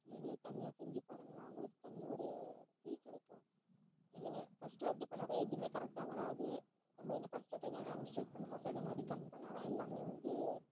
நீங்களே தனியாக செஞ்சு பாருங்களன் உங்களுக்கு தனி ஒரு ஃபீல் கிடைக்கும் நீங்கள் ஃபஸ்ட்டு வாட்டி பண்ணக்குல எதுவுமே கரெக்டாக வராது நம்ம ஃபஸ்ட்டு வாட்டி என்னென்னலான் மிஸ்டேக் பண்ணமோ செகண்டு வாட்டி கரெட் பண்ணால் தான் எல்லாமே வந்து